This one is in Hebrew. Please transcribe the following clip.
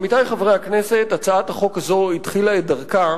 עמיתי חברי הכנסת, הצעת החוק הזאת החלה את דרכה